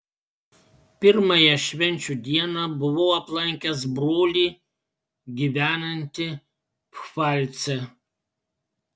pirmąją švenčių dieną buvau aplankęs brolį gyvenantį pfalce